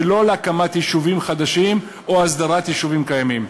ולא להקמת יישובים חדשים או הסדרת יישובים קיימים.